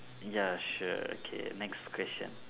ya sure K next question